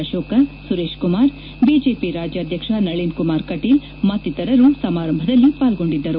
ಅತೋಕ Suresh Kumar BJP ರಾಜ್ಯಾಧ್ವಕ್ಷ ನಳನ್ ಕುಮಾರ್ ಕಟೀಲ್ ಮತ್ತಿತರರು ಸಮಾರಂಭದಲ್ಲಿ ಪಾಲ್ಗೊಂಡಿದ್ದರು